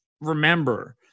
remember